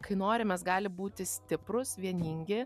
kai norim mes gali būti stiprūs vieningi